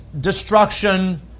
destruction